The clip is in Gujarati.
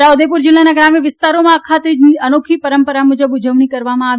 છોટાઉદેપુર જીલ્લાના ગ્રામ્ય વિસ્તારોમાં અખાત્રીજ અનોખી પરંપરા મુજબ ઉજવણી કરવામાં આવી